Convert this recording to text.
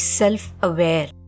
self-aware